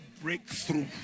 breakthrough